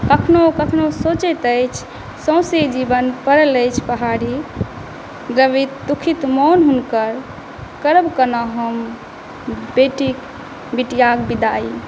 कखनो कखनो सोचैत अछि सौँसे जीवन पड़ल अछि पहाड़ी द्रवित दुखित मोन हुनकर करब कना हम बेटीक बिटियाक बिदाई